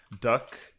Duck